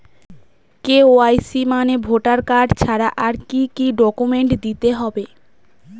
KYC মানে voter card ছাড়া আর কি কি ডকুমেন্ট দিতে হবে?